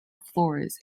floors